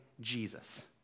Jesus